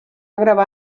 gravar